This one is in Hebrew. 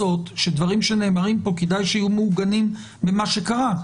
שדברים שנאמרים פה כדאי שיהיו מעוגנים במה שקרה.